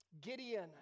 Gideon